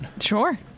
Sure